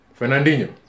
Fernandinho